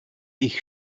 ich